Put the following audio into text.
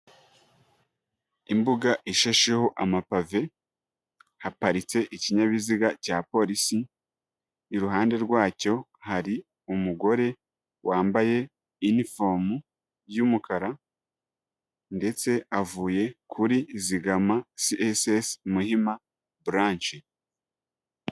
Imbuga ishasheho amapave, haparitse ikinyabiziga cya polisi, iruhande rwacyo hari umugore wambaye inifomo y'umukara ndetse avuye kuri izigama CSS Muhima bulashe.